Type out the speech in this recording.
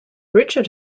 richard